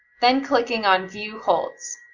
then clicking on view holds.